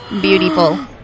Beautiful